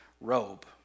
robe